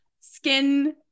skin